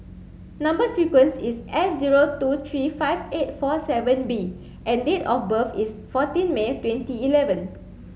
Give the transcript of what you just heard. number sequence is S zero two three five eight four seven B and date of birth is fourteen May twenty eleven